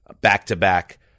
back-to-back